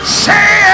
say